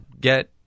get